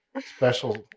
special